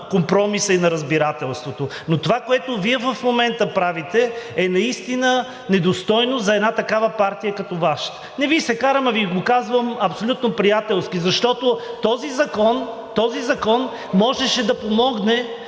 компромиса и на разбирателството. Но това, което Вие в момента правите, е наистина недостойно за една такава партия като Вашата. Не Ви се карам, а Ви го казвам абсолютно приятелски, защото този закон можеше да помогне